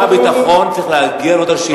שר הביטחון צריך להגיע לענות על שאילתות.